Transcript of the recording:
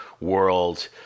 world